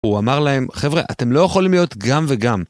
הוא אמר להם: חבר'ה, אתם לא יכולים להיות גם וגם.